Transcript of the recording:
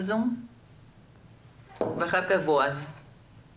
בועז אחד